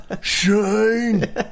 Shane